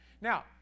Now